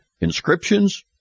inscriptions